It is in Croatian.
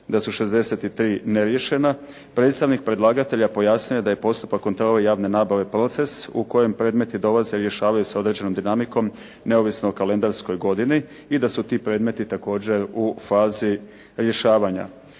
da su 63 neriješena, predstavnik predlagatelja pojasnio je da je postupak kontrole javne nabave proces u kojem predmeti dolaze i rješavaju se određenom dinamikom neovisno o kalendarskoj godini i da su ti predmeti također u fazi rješavanja.